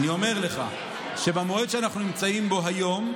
אני אומר לך שבמועד שאנחנו נמצאים בו היום,